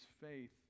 faith